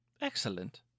Excellent